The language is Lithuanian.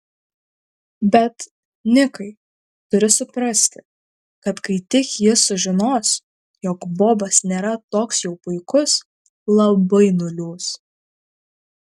bet nikai turi suprasti kad kai tik ji sužinos jog bobas nėra toks jau puikus labai nuliūs